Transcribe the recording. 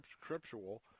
scriptural